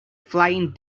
flying